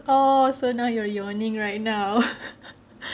oh so now you are yawning right now